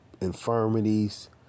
infirmities